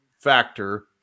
factor